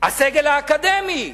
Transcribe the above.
הסגל האקדמי,